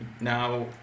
now